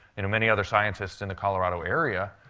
you know, many other scientists in the colorado area.